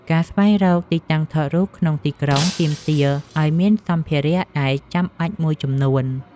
ការស្វែងរកទីតាំងថតរូបក្នុងទីក្រុង ទាមទារឲ្យមានសម្ភារៈដែលចាំបាច់មួយចំនួន។